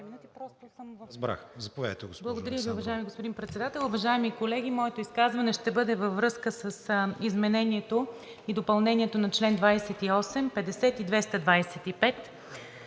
АЛЕКСАНДРОВА (ГЕРБ-СДС): Благодаря Ви, уважаеми господин Председател. Уважаеми колеги! Моето изказване ще бъде във връзка с изменението и допълнението на чл. 28, 50 и 225…